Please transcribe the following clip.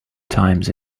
times